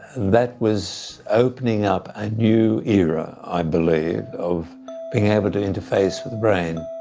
that was opening up a new era i believe of being able to interface with the brain.